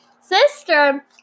sister